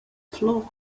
floor